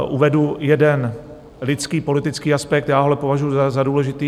Uvedu jeden lidský politický aspekt, já ho ale považuji za důležitý.